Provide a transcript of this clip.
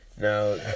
Now